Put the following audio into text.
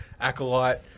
acolyte